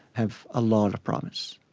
have a lot of promise.